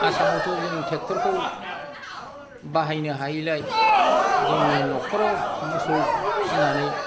आसामावथ' जों ट्रेक्टर खौ बाहायनो हायैलाय जोंनो न'खराव मोसौ फिनानै